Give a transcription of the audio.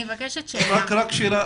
שאלה.